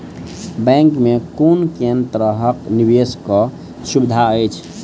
Bank मे कुन केँ तरहक निवेश कऽ सुविधा अछि?